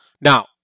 Now